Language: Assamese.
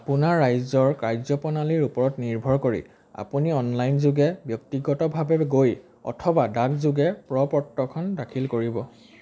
আপোনাৰ ৰাজ্যৰ কাৰ্য্য প্ৰণালীৰ ওপৰত নিৰ্ভৰ কৰি আপুনি অনলাইনযোগে ব্যক্তিগতভাৱে গৈ অথবা ডাকযোগে প্ৰ পত্ৰখন দাখিল কৰিব